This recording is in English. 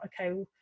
okay